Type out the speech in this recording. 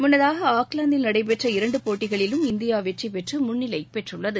முன்னதாக ஆக்லாந்தில் நடைபெற்ற இரண்டு போட்டிகளிலும் இந்தியா வெற்றி பெற்று முன்னிலை பெற்றுள்ளது